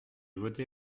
voté